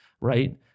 right